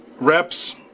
reps